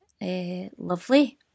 Lovely